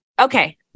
okay